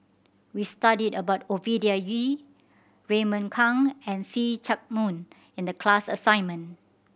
we studied about Ovidia Yu Raymond Kang and See Chak Mun in the class assignment